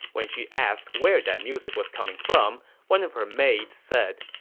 when she asked where that music was coming from, one of her maids said,